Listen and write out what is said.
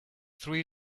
three